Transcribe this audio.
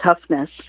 toughness